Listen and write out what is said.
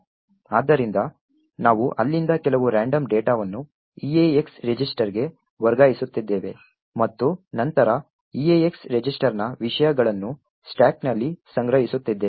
ಆದ್ದರಿಂದ ನಾವು ಅಲ್ಲಿಂದ ಕೆಲವು ರಾಂಡಮ್ ಡೇಟಾವನ್ನು EAX ರಿಜಿಸ್ಟರ್ಗೆ ವರ್ಗಾಯಿಸುತ್ತಿದ್ದೇವೆ ಮತ್ತು ನಂತರ EAX ರಿಜಿಸ್ಟರ್ನ ವಿಷಯಗಳನ್ನು ಸ್ಟಾಕ್ನಲ್ಲಿ ಸಂಗ್ರಹಿಸುತ್ತಿದ್ದೇವೆ